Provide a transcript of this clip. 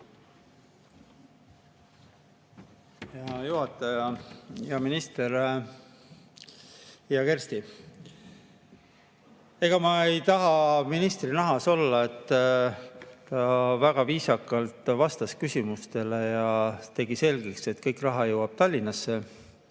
Hea juhataja! Hea minister! Hea Kersti! Ega ma ei tahaks ministri nahas olla. Ta väga viisakalt vastas küsimustele ja tegi selgeks, et kogu raha jõuab Tallinnasse.